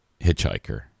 hitchhiker